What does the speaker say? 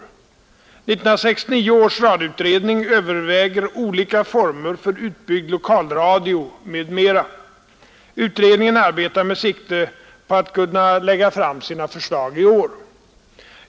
1969 års radioutredning överväger olika former för utbyggd lokalradio m.m. Utredningen arbetar med sikte på att kunna lägga fram sina förslag i år.